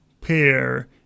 pair